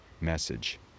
message